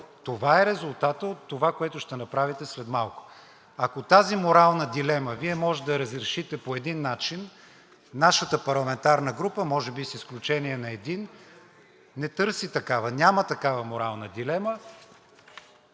Това е резултатът от това, което ще направите след малко. Ако тази морална дилема Вие може да разрешите по един начин, нашата парламентарна група – може би с изключение на един, не търси такава, няма такава морална дилема.